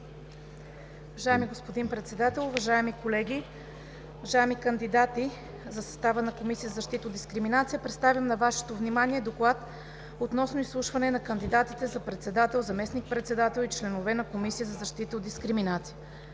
Уважаеми господин Председател, уважаеми колеги, уважаеми кандидати за състава на Комисия за защита от дискриминация! Представям на Вашето внимание: „ДОКЛАД относно изслушване на кандидатите за председател, заместник- председател и членове на Комисията за защита от дискриминация